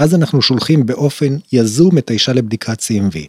‫ואז אנחנו שולחים באופן יזום ‫את האישה לבדיקת CMV.